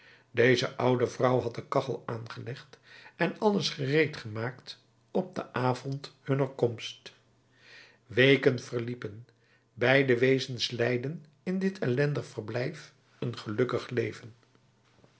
deze oude vrouw had de kachel aangelegd en alles gereed gemaakt op den avond hunner komst weken verliepen beide wezens leidden in dit ellendig verblijf een gelukkig leven